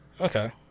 Okay